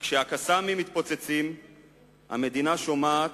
כשה"קסאמים" מתפוצצים המדינה שומעת,